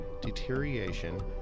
deterioration